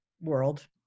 world